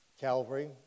Calvary